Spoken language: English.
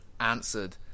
answered